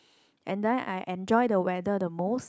and then I enjoy the weather the most